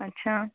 अच्छा